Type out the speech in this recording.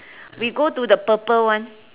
we go to the purple one